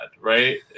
right